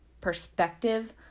perspective